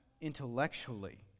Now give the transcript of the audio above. intellectually